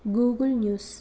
Google news